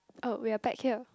oh we are back here